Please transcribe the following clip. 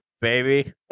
baby